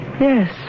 Yes